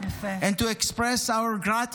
and to express our gratitude